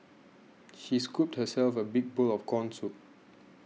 she scooped herself a big bowl of Corn Soup